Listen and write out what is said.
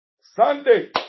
Sunday